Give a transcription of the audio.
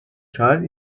child